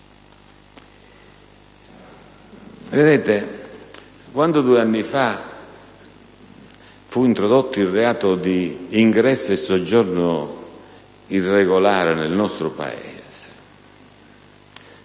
risposta, questa. Due anni fa venne introdotto il reato di ingresso e soggiorno irregolare nel nostro Paese,